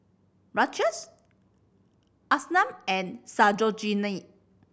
Rajesh Arnab and Sarojini